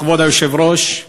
כבוד היושב-ראש,